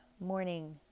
Morning